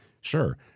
Sure